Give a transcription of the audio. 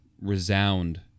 resound